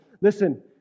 Listen